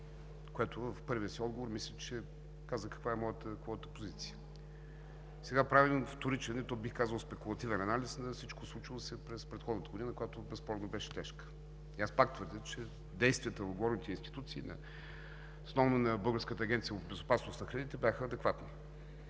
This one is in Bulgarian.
което в първия си отговор мисля, че казах каква е моята позиция. Сега правим вторичен и то, бих казал, спекулативен анализ на всичко случило се през предходната година, която безспорно беше тежка. И аз пак твърдя, че действията на отговорните институции, основно на Българската агенция по безопасност на храните, бяха адекватни.